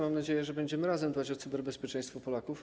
Mam nadzieję, że będziemy razem dbać o cyberbezpieczeństwo Polaków.